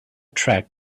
track